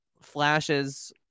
flashes